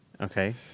Okay